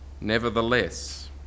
Nevertheless